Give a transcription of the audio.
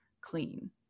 clean